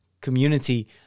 community